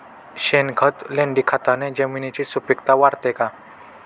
शेणखत, लेंडीखताने जमिनीची सुपिकता वाढते का?